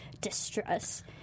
distress